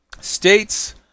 States